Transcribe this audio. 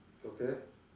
okay